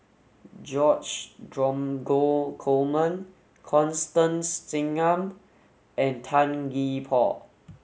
George Dromgold Coleman Constance Singam and Tan Gee Paw